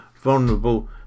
vulnerable